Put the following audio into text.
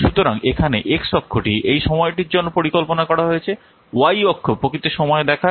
সুতরাং এখানে x অক্ষটি এই সময়টির জন্য পরিকল্পনা করা হয়েছে y অক্ষ প্রকৃত সময় দেখায়